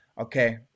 okay